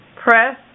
Press